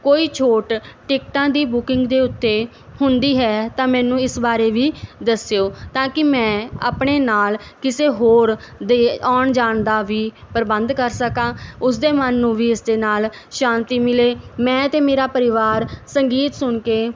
ਕੋਈ ਛੋਟ ਟਿਕਟਾਂ ਦੀ ਬੁਕਿੰਗ ਦੇ ਉੱਤੇ ਹੁੰਦੀ ਹੈ ਤਾਂ ਮੈਨੂੰ ਇਸ ਬਾਰੇ ਵੀ ਦੱਸਿਓ ਤਾਂ ਕਿ ਮੈਂ ਆਪਣੇ ਨਾਲ ਕਿਸੇ ਹੋਰ ਦੇ ਆਉਣ ਜਾਣ ਦਾ ਵੀ ਪ੍ਰਬੰਧ ਕਰ ਸਕਾਂ ਉਸ ਦੇ ਮਨ ਨੂੰ ਵੀ ਇਸ ਦੇ ਨਾਲ ਸ਼ਾਂਤੀ ਮਿਲੇ ਮੈਂ ਅਤੇ ਮੇਰਾ ਪਰਿਵਾਰ ਸੰਗੀਤ ਸੁਣ ਕੇ